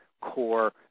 core